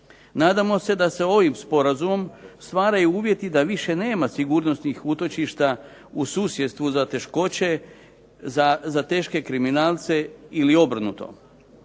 Nadamo se da se ovim sporazumom stvaraju uvjeti da više nema sigurnosnih utočišta u susjedstvu za teškoće, za teške kriminalce ili obrnuto.